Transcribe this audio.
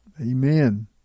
Amen